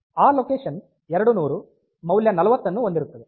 ಆ ಲೊಕೇಶನ್ ಎರಡು ನೂರು ಮೌಲ್ಯ 40 ಅನ್ನು ಹೊಂದಿರುತ್ತದೆ